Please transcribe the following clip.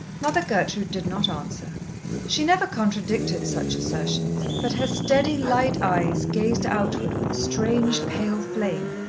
mother gertrude did not answer she never contradicted such assertions but her steady, light eyes gazed outward with a strange pale flame,